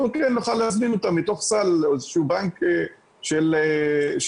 כן נוכל להזמין אותם מתוך סל או איזשהו בנק של פעילות,